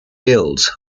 guild